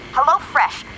HelloFresh